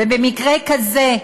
ובמקרה כזה,